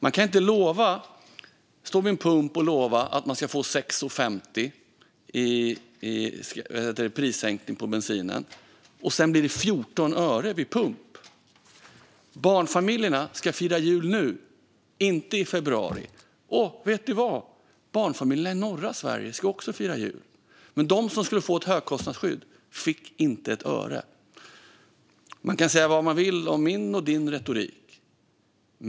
Man kan inte stå vid en pump och lova att människor ska få 6,50 i prissänkning på bensinen, och sedan blir det 14 öre vid pump. Barnfamiljerna ska fira jul nu och inte i februari. Vet du vad, barnfamiljerna i norra Sverige ska också fira jul. Det var de som skulle få ett högkostnadsskydd. De fick inte ett öre. Man kan säga vad man vill om min och din retorik.